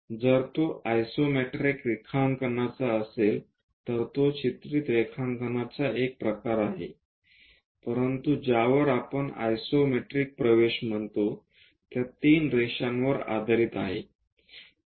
जर तो आइसोमेट्रिक रेखांकनाचा असेल तर तो चित्रित रेखांकनाचा एक प्रकार आहे परंतु ज्यावर आपण आयसोमेट्रिक प्रवेश म्हणतो त्या 3 रेषावर आधारित आहे